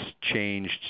changed